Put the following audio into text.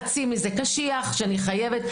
חצי מזה קשיח שאני חייבת,